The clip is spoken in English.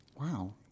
Wow